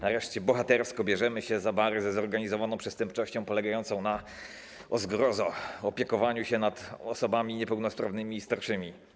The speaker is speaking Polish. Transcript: Nareszcie bohatersko bierzemy się za bary ze zorganizowaną przestępczością polegającą na, o zgrozo, opiekowaniu się osobami niepełnosprawnymi i starszymi.